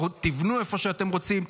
תבנו איפה שאתם רוצים,